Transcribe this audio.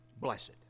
Blessed